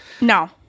No